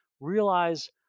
realize